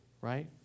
right